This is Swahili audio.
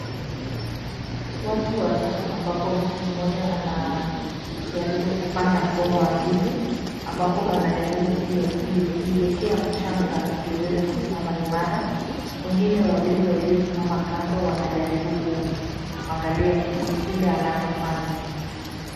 Watu watatu ambapo mtu mmoja anajaribu kupanda mgomba wa ndizi ambapo anajaribu kuiekea mchanga ndiyo iweze kusimama imara. Wengine wawili waliosimama kando wanajaribu kumwangalia kile anachofanya.